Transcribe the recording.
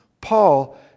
Paul